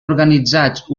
organitzats